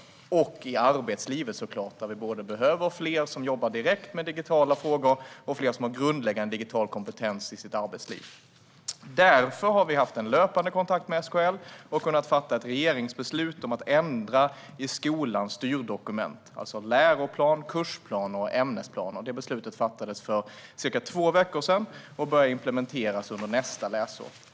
De kommer också såklart att behöva denna kompetens i arbetslivet, där vi behöver fler som jobbar direkt med digitala frågor och fler som har grundläggande digital kompetens. Därför har vi haft en löpande kontakt med SKL och har kunnat fatta ett regeringsbeslut om att ändra i skolans styrdokument, det vill säga läroplan, kursplaner och ämnesplaner. Det beslutet fattades för cirka två veckor sedan och börjar implementeras under nästa läsår.